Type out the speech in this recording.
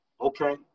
Okay